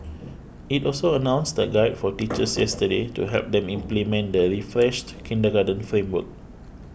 it also announced a guide for teachers yesterday to help them implement the refreshed kindergarten framework